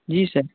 जी sir